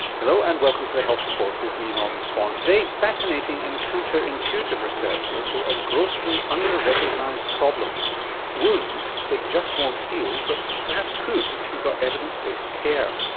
hello, and welcome to the health report with me, norman swan. today, fascinating and counter-intuitive research into a grossly under-recognised problem wounds that just won't heal but perhaps could if you got evidence-based care.